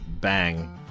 bang